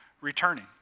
returning